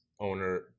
owner